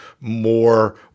more